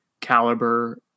caliber